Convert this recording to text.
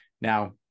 Now